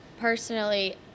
personally